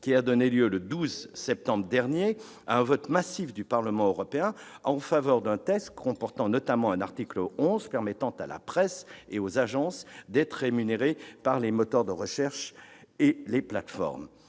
qui a donné lieu, le 12 septembre dernier, à un vote massif du Parlement européen en sa faveur. Le texte comporte notamment un article 11, qui permet à la presse et aux agences d'être rémunérées par les moteurs de recherche et les plateformes.